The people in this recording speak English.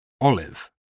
Olive